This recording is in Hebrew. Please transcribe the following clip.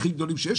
הכי גדולים שיש.